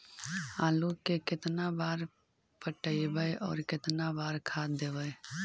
आलू केतना बार पटइबै और केतना बार खाद देबै?